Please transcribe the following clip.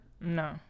No